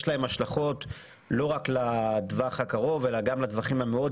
להם השלכות לא רק לטווח הקרוב אלא גם לטווחים המאוד